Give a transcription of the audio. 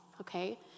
okay